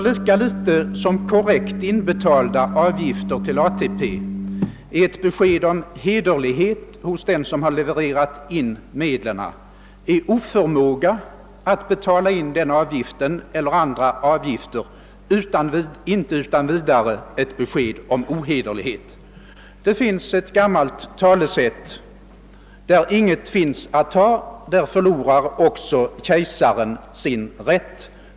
Lika litet som i korrekt tid inbetalda avgifter till ATP är ett besked om hederlighet hos den som levererat in medlen, lika litet är oförmåga att betala in denna eller andra avgifter utan vidare ett bevis på ohederlighet. Det finns ett gammalt talesätt: Där ingenting finns att ta, där förlorar också kejsaren sin rätt.